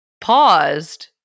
paused